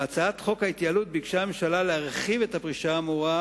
בהצעת חוק ההתייעלות ביקשה הממשלה להרחיב את הפריסה האמורה,